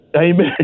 Amen